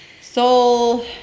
soul